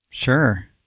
Sure